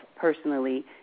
personally